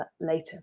later